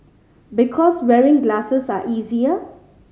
because wearing glasses are easier